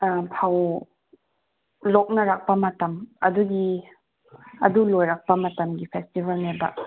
ꯐꯧ ꯂꯣꯛꯅꯔꯛꯄ ꯃꯇꯝ ꯑꯗꯨꯒꯤ ꯑꯗꯨ ꯂꯣꯏꯔꯛꯄ ꯃꯇꯝꯒꯤ ꯐꯦꯁꯇꯤꯕꯦꯜꯅꯦꯕ